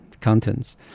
contents